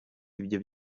ibyo